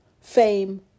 fame